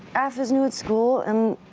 af is new at school, and